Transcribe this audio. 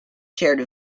shared